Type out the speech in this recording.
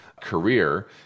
career